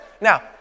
Now